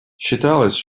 считалось